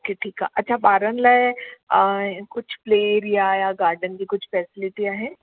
okay ठीकु आहे अच्छा ॿारनि लाइ अ कुझु प्ले या गार्डन जी कुझु फैसिलिटी आहे